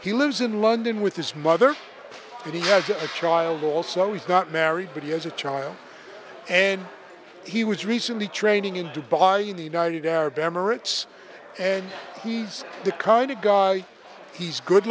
he lives in london with his mother and he has a child also he's not married but he has a child and he was recently training in dubai united arab emirates and he's the kind of guy he's good